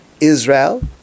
Israel